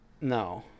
No